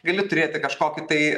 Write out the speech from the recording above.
gali turėti kažkokį tai